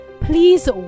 please